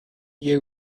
year